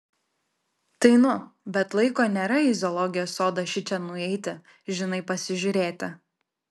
tai nu bet laiko nėra į zoologijos sodą šičia nueiti žinai pasižiūrėti